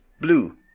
blue